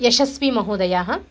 यशस्वीमहोदयः